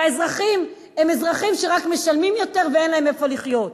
והאזרחים הם אזרחים שרק משלמים יותר ואין להם איפה לחיות.